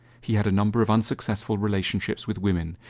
he had a number of unsuccessful relationships with women,